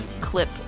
clip